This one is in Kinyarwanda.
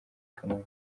kamonyi